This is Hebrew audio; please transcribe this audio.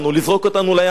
לא הצליח לכם.